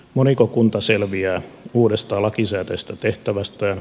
moniko kunta selviää uudesta lakisääteisestä tehtävästään